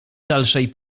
dalszej